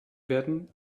werden